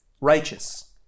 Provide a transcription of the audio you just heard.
righteous